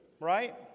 right